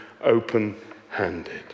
open-handed